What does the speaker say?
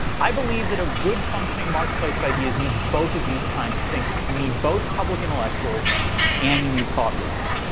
i believe that a good functioning marketplace of ideas needs both of these kinds of thinkers. you need both public intellectuals and you need thought leaders.